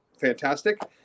fantastic